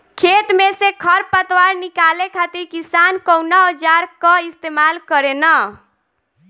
खेत में से खर पतवार निकाले खातिर किसान कउना औजार क इस्तेमाल करे न?